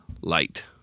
light